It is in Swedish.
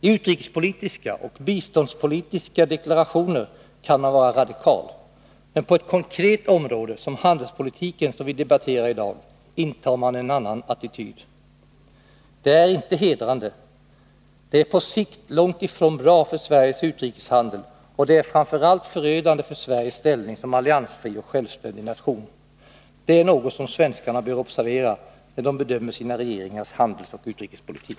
I utrikespolitiska och biståndspolitiska deklarationer kan man vara radikal, men på ett konkret område som handelspolitiken, som vi debatterar i dag, intar man en annan attityd. Det är inte hedrande. Det är på sikt långt ifrån bra för Sveriges utrikeshandel, och det är framför allt förödande för Sveriges ställning som alliansfri och självständig nation. Det är något som svenskarna bör observera när de bedömer sina regeringars handelsoch utrikespolitik.